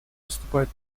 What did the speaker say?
выступает